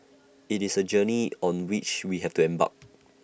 IT is A journey on which we have to embarked